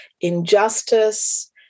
injustice